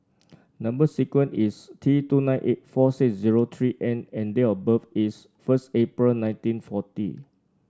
number sequence is T two nine eight four six zero three N and date of birth is first April nineteen forty